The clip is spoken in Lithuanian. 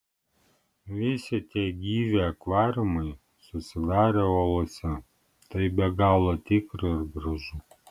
visi tie gyvi akvariumai susidarę uolose tai be galo tikra ir gražu